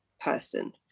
person